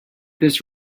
this